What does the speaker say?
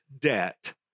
debt